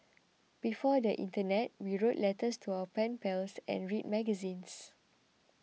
before the Internet we wrote letters to our pen pals and read magazines